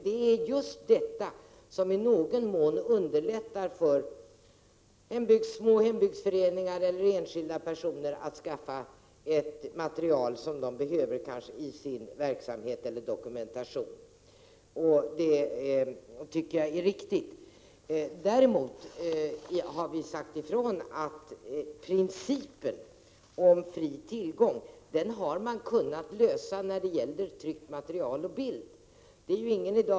Det är just detta som i någon mån underlättar för små hembygdsföreningar eller enskilda personer att skaffa material som de behöver i sin verksamhet eller för sin dokumentation, och det tycker jag alltså är riktigt. Principen om fri tillgång har kunnat genomföras i fråga om tryckt material och bild.